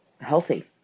healthy